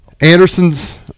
Anderson's